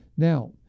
Now